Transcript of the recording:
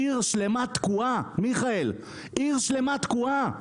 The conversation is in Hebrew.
עיר שלמה תקועה, מיכאל, עיר שלמה תקועה.